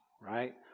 right